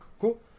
Cool